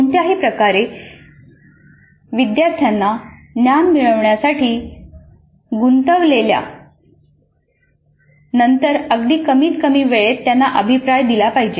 कोणत्याही प्रकारे विद्यार्थ्यांना ज्ञान मिळवण्यासाठी गुंतवल्या नंतर अगदी कमीत कमी वेळेत त्यांना अभिप्राय दिला पाहिजे